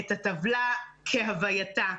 את הטבלה כהווייתה,